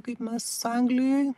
kaip mes anglijoj